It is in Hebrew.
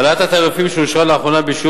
העלאת התעריפים שאושרה לאחרונה בשיעור